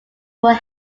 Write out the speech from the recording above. were